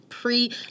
Pre